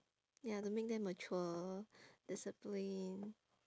ya to make them mature disciplined